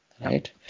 right